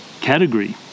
category